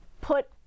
put